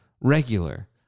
regular